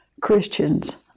Christians